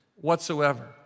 whatsoever